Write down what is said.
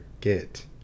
get